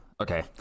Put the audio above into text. Okay